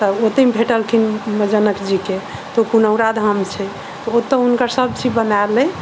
तऽ ओतय भेटलखिन जनकजी के तऽ ओ पुनौराधाम छै तऽ ओतऽ हुनकर सब चीज बनायल अछि